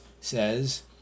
says